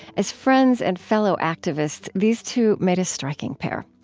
as friends and fellow activists, these two made a striking pair.